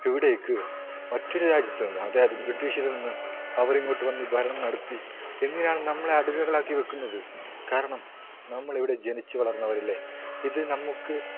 ഇവിടേക്ക് മറ്റൊരു രാജ്യത്ത് നിന്ന് അതായത് ബ്രിട്ടീഷിൽ നിന്ന് അവരിങ്ങോട്ട് വന്ന് ഭരണം നടത്തി എന്തിനാണ് നമ്മളെ അടിമകളാക്കി വെക്കുന്നത് കാരണം നമ്മളിവിടെ ജനിച്ച് വളർന്നവരല്ലേ ഇത് നമുക്ക്